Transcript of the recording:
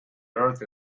earth